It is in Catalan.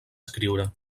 escriure